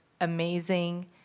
amazing